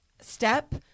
step